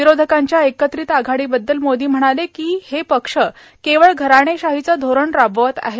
विरोधकांच्या एकत्रित आघाडीबद्दल मोदी म्हणाले की हे पक्ष केवळ घराणेशाहीचं धोरण राबवत आहेत